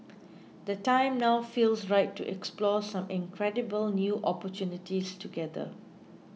the time now feels right to explore some incredible new opportunities together